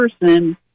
person